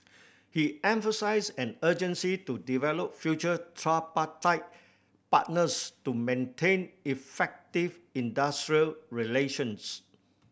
he emphasised an urgency to develop future tripartite partners to maintain effective industrial relations